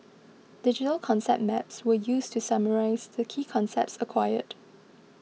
digital concept maps were used to summarise the key concepts acquired